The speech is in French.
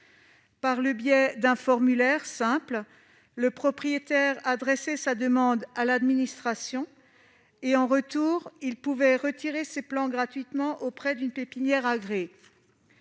Par le biais d'un formulaire simple, le propriétaire adressait sa demande à l'administration, et il pouvait retirer ses plans gratuitement auprès d'une pépinière agréée.